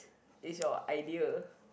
is your ideal